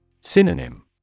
Synonym